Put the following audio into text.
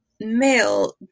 male